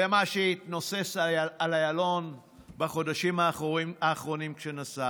זה מה שהתנוסס באיילון בחודשים האחרונים כשנסענו,